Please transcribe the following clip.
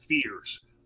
fears